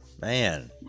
Man